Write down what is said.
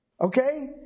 Okay